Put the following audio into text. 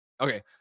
okay